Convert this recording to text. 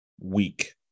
week